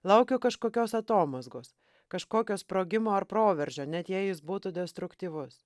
laukiau kažkokios atomazgos kažkokio sprogimo ar proveržio net jei jis būtų destruktyvus